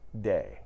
day